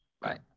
Bye